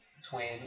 twin